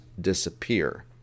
disappear